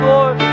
Lord